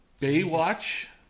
Baywatch